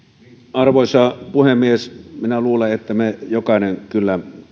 arvoisa puhemies minä luulen että meistä jokainen kyllä